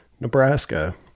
Nebraska